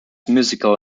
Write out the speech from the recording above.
musical